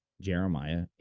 Jeremiah